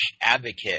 advocate